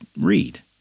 read